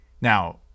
now